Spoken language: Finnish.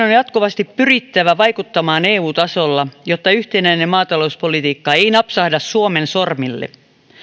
on jatkuvasti pyrittävä vaikuttamaan eu tasolla jotta yhtenäinen maatalouspolitiikka ei napsahda suomen sormille